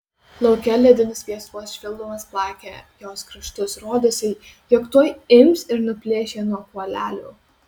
lauke ledinis viesulas švilpdamas plakė jos kraštus rodėsi jog tuoj ims ir nuplėš ją nuo kuolelių